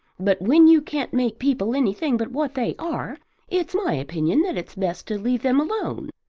but when you can't make people anything but what they are it's my opinion that it's best to leave them alone.